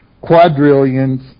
quadrillions